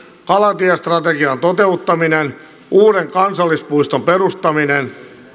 kalatiestrategian toteuttaminen uuden kansallispuiston perustaminen